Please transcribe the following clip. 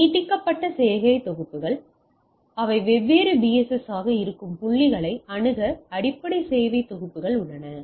எனவே நீட்டிக்கப்பட்ட சேவைத் தொகுப்புகள் எனவே அவை வெவ்வேறு பிஎஸ்எஸ் ஆக இருக்கும் புள்ளிகளை அணுக அடிப்படை சேவை தொகுப்புகள் உள்ளன